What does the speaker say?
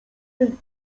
jej